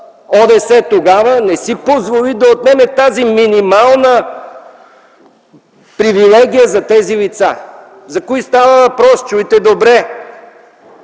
ОДС тогава, не си позволи да отнеме тази минимална привилегия за тези лица. За кои става въпрос – чуйте добре!